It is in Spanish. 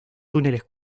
túneles